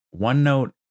OneNote